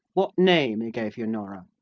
what name he gave you, norah?